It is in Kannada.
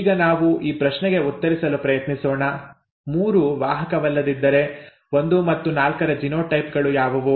ಈಗ ನಾವು ಈ ಪ್ರಶ್ನೆಗೆ ಉತ್ತರಿಸಲು ಪ್ರಯತ್ನಿಸೋಣ 3 ವಾಹಕವಲ್ಲದಿದ್ದರೆ 1 ಮತ್ತು 4ರ ಜಿನೋಟೈಪ್ ಗಳು ಯಾವುವು